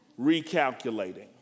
recalculating